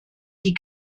die